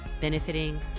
benefiting